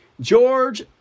George